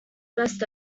best